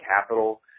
capital